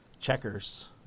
Checkers